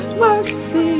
mercy